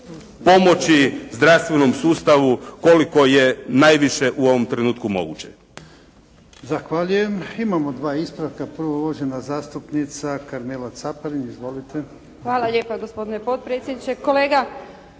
pomoći zdravstvenom sustavu koliko je najviše u ovom trenutku moguće.